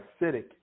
acidic